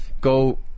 go